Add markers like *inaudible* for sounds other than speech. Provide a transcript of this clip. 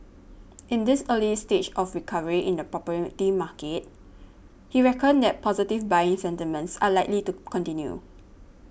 *noise* in this early stage of recovery in the property the market he reckoned that positive buying sentiments are likely to continue